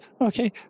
okay